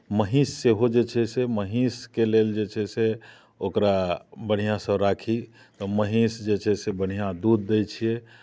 महीँस सेहो जे छै से महीँसके लेल जे छै से ओकरा बढ़िआँसँ राखी महीँस जे छै से बढ़िआँ दूध दैत छियै